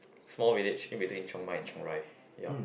small village in between Chiang-Mai and Chiang-Rai ya